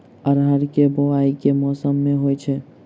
अरहर केँ बोवायी केँ मौसम मे होइ छैय?